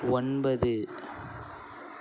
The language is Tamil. ஒன்பது